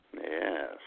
Yes